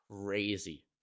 crazy